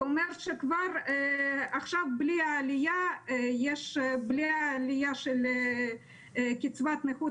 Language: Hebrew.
זה אומר שכבר עכשיו בלי העלייה של קצבת הנכות